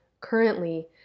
currently